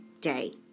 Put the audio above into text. day